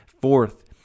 fourth